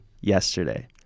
yesterday